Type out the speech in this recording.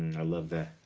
i love that.